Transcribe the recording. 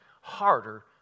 harder